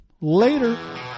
later